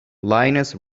lioness